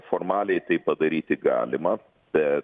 formaliai tai padaryti galima bet